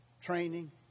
training